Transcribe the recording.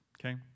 Okay